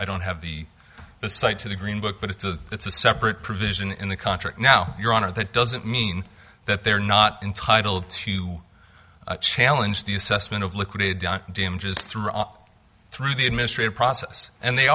i don't have the cite to the green book but it's a it's a separate provision in the contract now your honor that doesn't mean that they're not entitled to challenge the assessment of liquidated damages through up through the administrative process and they